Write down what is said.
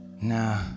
Nah